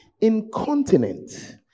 incontinent